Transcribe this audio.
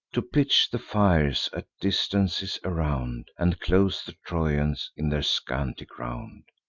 to pitch the fires at distances around, and close the trojans in their scanty ground.